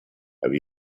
have